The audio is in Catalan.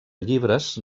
llibres